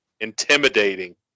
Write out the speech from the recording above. intimidating